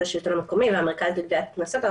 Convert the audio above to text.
השלטון המקומי והמרכז לגביית קנסות,